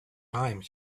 time